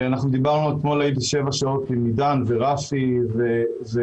אתמול הייתי שבע שעות עם עידן ורפי ואבנר,